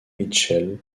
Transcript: mitchell